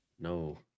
No